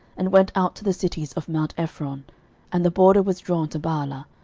and went out to the cities of mount ephron and the border was drawn to baalah,